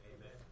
Amen